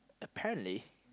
apparently